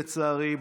לצערי,